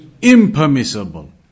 impermissible